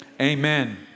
amen